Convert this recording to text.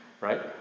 Right